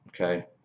Okay